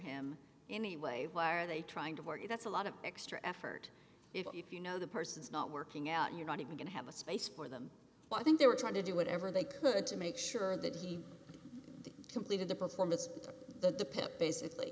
him anyway why are they trying to for you that's a lot of extra effort if you know the person's not working out you're not even going to have a space for them so i think they were trying to do whatever they could to make sure that he completed the performance of the basically